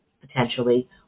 potentially